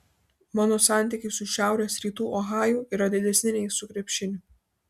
mano santykiai su šiaurės rytų ohaju yra didesni nei su krepšiniu